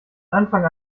anfang